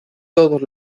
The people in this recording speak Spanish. todos